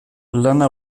lana